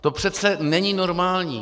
To přece není normální.